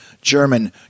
German